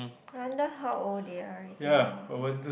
I wonder how old they are already now